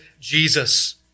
Jesus